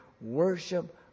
Worship